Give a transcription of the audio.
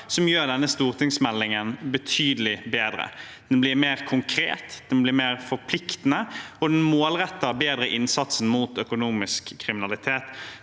som gjør denne stortingsmeldingen betydelig bedre. Den blir mer konkret, den blir mer forpliktende, og den målretter bedre innsatsen mot økonomisk kriminalitet.